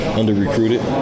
under-recruited